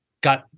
got